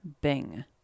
Bing